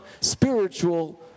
spiritual